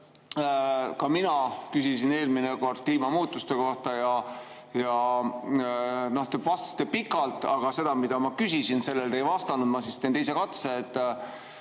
Ka mina küsisin eelmine kord kliimamuutuste kohta ja te vastasite pikalt, aga sellele, mida ma küsisin, te ei vastanud. Ma teen siis teise katse.